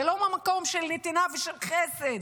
זה לא מהמקום של נתינה ושל חסד,